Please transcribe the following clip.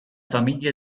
famiglie